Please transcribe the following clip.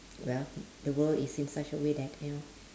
well the world is in such a way that you know